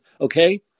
Okay